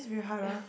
yeah